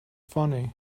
funny